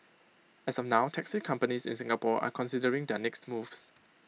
as of now taxi companies in Singapore are considering their next moves